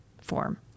form